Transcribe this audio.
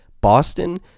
Boston